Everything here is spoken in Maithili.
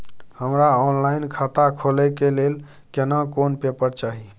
हमरा ऑनलाइन खाता खोले के लेल केना कोन पेपर चाही?